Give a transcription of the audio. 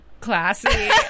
classy